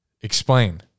explain